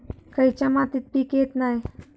खयच्या मातीत पीक येत नाय?